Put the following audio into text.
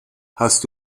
hast